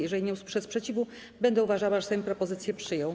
Jeżeli nie usłyszę sprzeciwu, będę uważała, że Sejm propozycje przyjął.